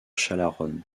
chalaronne